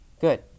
Good